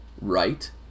right